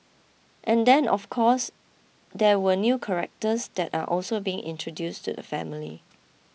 and then of course there were new characters that are also being introduced to the family